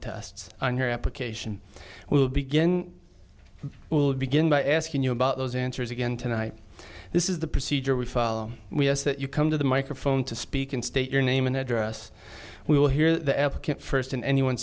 tests on your application will begin i will begin by asking you about those answers again tonight this is the procedure we follow we ask that you come to the microphone to speak and state your name and address we will hear the applicant first and anyone